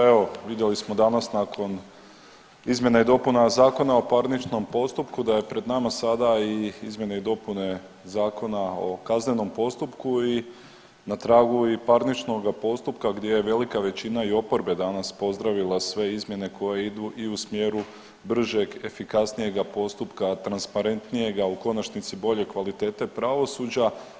Evo vidjeli smo danas nakon izmjena i dopuna Zakona o parničnom postupku da je pred nama sada i izmjene i dopune Zakona o kaznenom postupku na tragu i parničnoga postupka gdje je velika većina i oporbe danas pozdravila sve izmjene koje idu i u smjeru bržeg efikasnijega postupka, transparentnijega u konačnici bolje kvalitete pravosuđa.